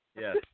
yes